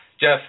Jeff